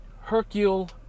Hercule